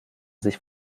sich